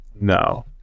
No